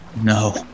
No